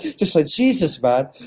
just like, jesus, man.